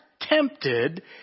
tempted